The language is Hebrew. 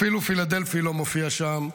אפילו פילדלפי לא מופיע שם,